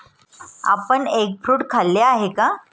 आपण egg fruit खाल्ले आहे का?